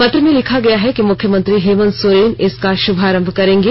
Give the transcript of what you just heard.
पत्र में लिखा गया है कि मुख्यमंत्री हेमंत सोर्रेन इसका शुभारंभ करेंगे